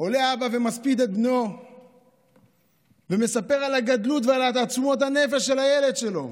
עולה אבא ומספיד את בנו ומספר על הגדלות ועל תעצומות הנפש של הילד שלו.